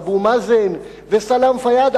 אבו מאזן וסלאם פיאד,